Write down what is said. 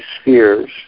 spheres